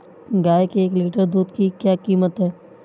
गाय के एक लीटर दूध की क्या कीमत है?